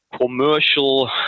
commercial